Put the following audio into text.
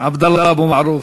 עבדאללה אבו מערוף.